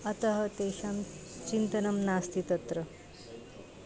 अतः तेषां चिन्तनं नास्ति तत्र